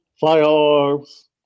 firearms